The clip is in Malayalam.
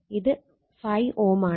ഇത് 5 Ω ആണ്